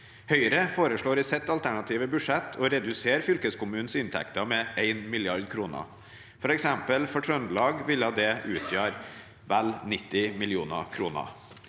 Høyre foreslår i sitt alternative budsjett å redusere fylkeskommunenes inntekter med 1 mrd. kr. For eksempel for Trøndelag ville det utgjort vel 90 mill. kr.